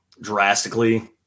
drastically